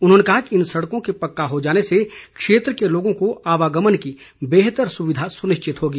उन्होंने कहा कि इन सड़कों के पक्का हो जाने से क्षेत्र के लोगों को आवागमन की बेहतर सुविधा सुनिश्चित होगी